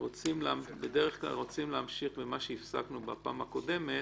אנחנו רוצים להמשיך במה שהפסקנו בפעם הקודמת,